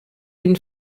den